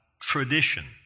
tradition